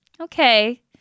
okay